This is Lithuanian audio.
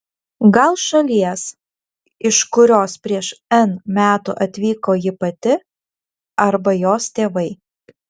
gal šalies iš kurios prieš n metų atvyko ji pati arba jos tėvai